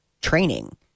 training